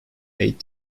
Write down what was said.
eight